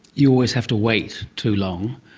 you always have to wait too long,